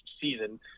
season